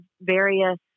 various